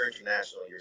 International